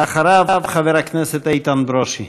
ואחריו, חבר הכנסת איתן ברושי.